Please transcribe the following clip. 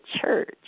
church